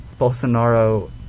Bolsonaro